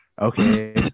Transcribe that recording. Okay